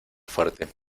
fuerte